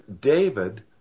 David